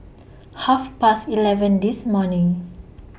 Half Past eleven This morning